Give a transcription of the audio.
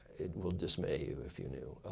it will dismay you if you knew.